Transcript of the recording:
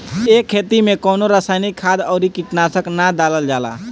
ए खेती में कवनो रासायनिक खाद अउरी कीटनाशक ना डालल जाला